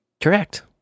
Correct